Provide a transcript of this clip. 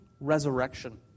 resurrection